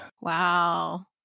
Wow